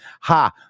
Ha